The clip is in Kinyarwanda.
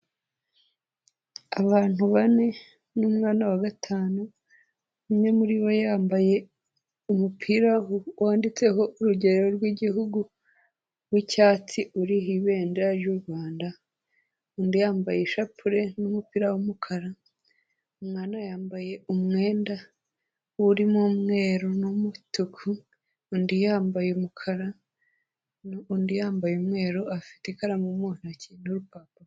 Abantu bane n'umwana wa gatanu, umwe muri bo yambaye umupira wanditseho urugerero rw'igihugu w'icyatsi uriho ibendera ry'u Rwanda, undi yambaye ishapure n'umupira w'umukara, umwana yambaye umwenda urimo umweru n'umutuku, undi yambaye umukara, undi yambaye umweru, afite ikaramu mu ntoki n'urupapuro.